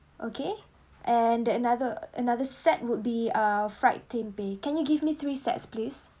okay and then another another set would be a fried tempeh can you give me three sets please